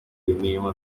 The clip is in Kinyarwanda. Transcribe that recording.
imirimo